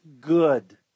good